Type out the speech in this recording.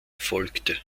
folgte